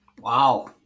Wow